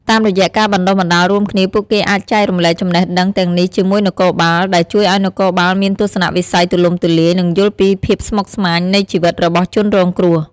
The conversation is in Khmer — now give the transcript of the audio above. តាមរយៈការបណ្តុះបណ្តាលរួមគ្នា ពួកគេអាចចែករំលែកចំណេះដឹងទាំងនេះជាមួយនគរបាល ដែលជួយឱ្យនគរបាលមានទស្សនវិស័យទូលំទូលាយ និងយល់ពីភាពស្មុគស្មាញនៃជីវិតរបស់ជនរងគ្រោះ។